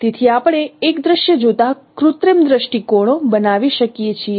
તેથી આપણે એક દૃશ્ય જોતાં કૃત્રિમ દ્રષ્ટિકોણો બનાવી શકીએ છીએ